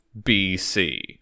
BC